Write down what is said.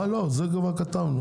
זה כבר כתבנו.